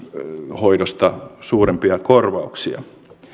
hoidosta suurempia korvauksia